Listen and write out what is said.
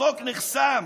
החוק נחסם,